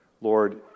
Lord